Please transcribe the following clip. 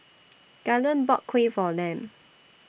Galen bought Kuih For Lem